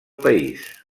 país